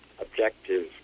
objective